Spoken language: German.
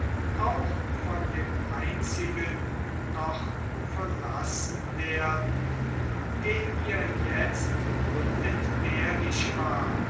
auch von dem einzigen noch verlassen werden der ihr jetzt unentbehrlich war